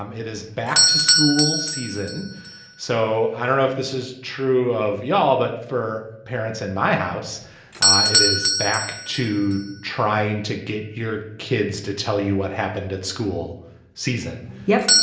um it is back to school season so i don't know if this is true of y'all. but for parents in my house it is back to trying to get your kids to tell you what happened at school season. yep.